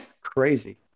Crazy